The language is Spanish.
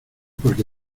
porque